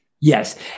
yes